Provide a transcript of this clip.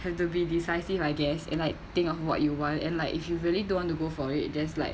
have to be decisive I guess and like think of what you want and like if you really don't want to go for it just like